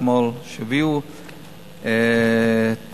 שאתמול הביאו מענקים,